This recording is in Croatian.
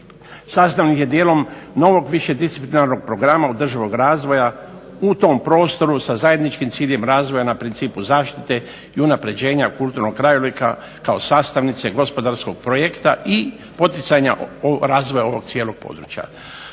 Sastavnim je dijelom novog višedisciplinarnog programa održivog razvoja u tom prostoru sa zajedničkim ciljem razvoja na principu zaštite i unapređenja kulturnog krajolika kao sastavnice gospodarskog projekta i poticanja razvoja ovog cijelog područja.